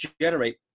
generate